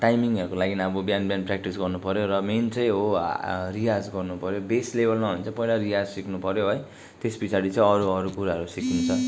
टाइमिङहरूको लागि अब बिहान बिहान प्र्याक्टिस गर्नुपर्यो र मेन चाहिँ हो रियाज गर्नुपर्यो बेस लेबलमा हो भने चाहिँ पहिला रियाज सिक्नुपर्यो है त्यस पछाडि चाहिँ अरू अरू कुराहरू सिकिन्छ